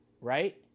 right